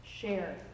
Share